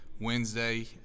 Wednesday